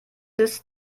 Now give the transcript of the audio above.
des